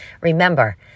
Remember